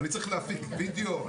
אני צריך להפיק וידאו,